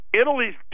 Italy's